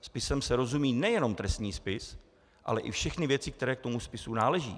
Spisem se rozumí nejenom trestní spis, ale i všechny věci, které k tomu spisu náleží.